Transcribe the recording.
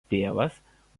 tėvas